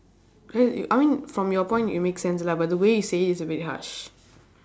correct you I mean from your point it makes sense lah but the way you say it is a bit harsh